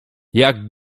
jak